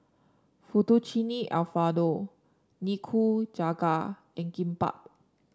Fettuccine Alfredo Nikujaga and Kimbap